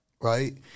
right